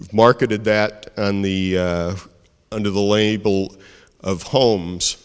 marketed that on the under the label of homes